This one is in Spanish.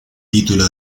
título